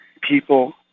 people